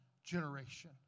generation